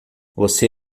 você